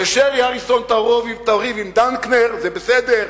ששרי אריסון תריב עם דנקנר, זה בסדר,